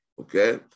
Okay